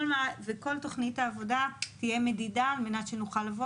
וכל תוכנית העבודה תהיה מדידה על מנת שנוכל לבוא